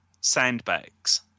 sandbags